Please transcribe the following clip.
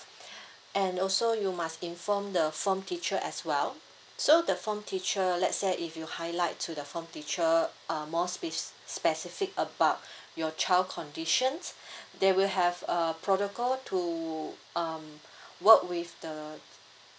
and also you must inform the form teacher as well so the form teacher let say if you highlight to the form teacher uh more speci~ specific about your child condition they will have a protocol to um work with the